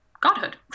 godhood